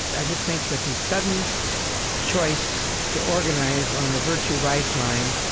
i just think that the sudden choice to organize on the virtue-vice line,